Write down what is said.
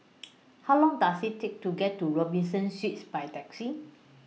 How Long Does IT Take to get to Robinson Suites By Taxi